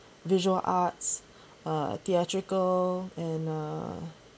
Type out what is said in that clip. visual arts uh theatrical and uh